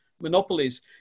monopolies